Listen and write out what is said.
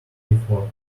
before